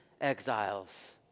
exiles